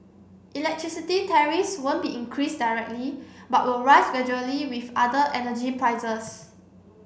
electricity tariffs won't be increased directly but will rise gradually with other energy prices